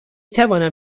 توانم